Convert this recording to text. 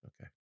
okay